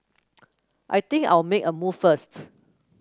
I think I'll make a move first